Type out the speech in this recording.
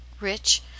rich